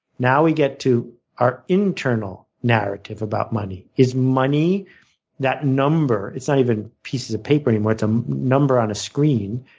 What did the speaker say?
now we get to our internal narrative about money. is money that number it's not even pieces of paper anymore it's a um number on a screen.